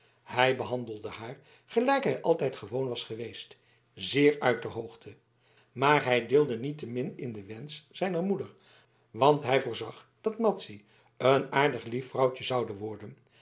hij behandelde haar gelijk hij altijd gewoon was geweest zeer uit de hoogte maar hij deelde niettemin in den wensch zijner moeder want hij voorzag dat madzy een aardig lief vrouwtje zoude worden